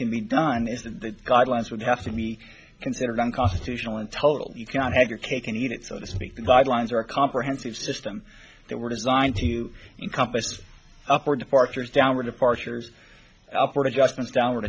can be done is the guidelines would have to be considered unconstitutional in total you cannot have your cake and eat it so to speak the guidelines are a comprehensive system that were designed to encompass upward departures downward departures upward adjustments down